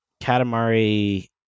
Katamari